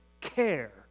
care